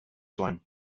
one